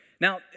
Now